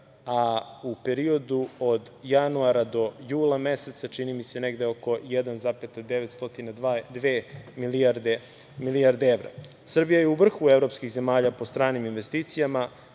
a u periodu od januara do jula meseca, čini mi se, negde oko 1,902 milijarde evra. Srbija je u vrhu evropskih zemalja po stranim investicijama,